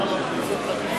בעד,